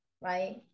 right